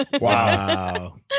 Wow